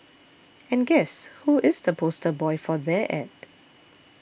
and guess who is the poster boy for their ad